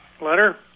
letter